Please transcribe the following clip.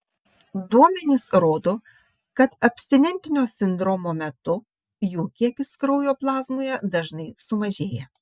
duomenys rodo kad abstinentinio sindromo metu jų kiekis kraujo plazmoje dažnai sumažėja